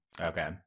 Okay